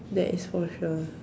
that is for sure